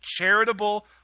charitable